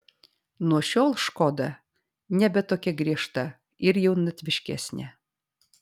nuo šiol škoda nebe tokia griežta ir jaunatviškesnė